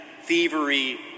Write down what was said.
thievery